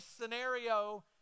scenario